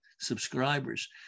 subscribers